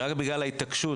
רק בגלל התעקשות